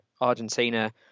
Argentina